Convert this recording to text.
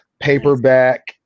paperback